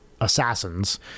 Assassins